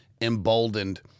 emboldened